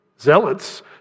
Zealots